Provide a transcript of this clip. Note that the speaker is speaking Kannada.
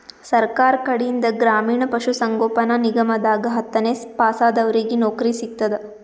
ಸರ್ಕಾರ್ ಕಡೀನ್ದ್ ಗ್ರಾಮೀಣ್ ಪಶುಸಂಗೋಪನಾ ನಿಗಮದಾಗ್ ಹತ್ತನೇ ಪಾಸಾದವ್ರಿಗ್ ನೌಕರಿ ಸಿಗ್ತದ್